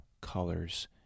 colors